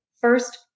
first